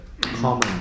common